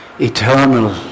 eternal